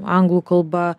anglų kalba